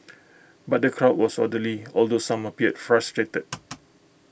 but the crowd was orderly although some appeared frustrated